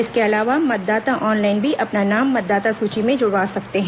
इसके अलावा मतदाता ऑनलाइन भी अपना नाम मतदाता सूची में जुड़वा सकते हैं